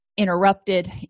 Interrupted